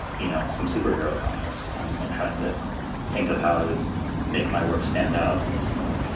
you know, some superhero comics and and trying to think of how i would make my work stand out in some way